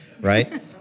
right